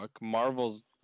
Marvel's